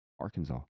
Arkansas